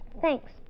Thanks